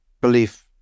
belief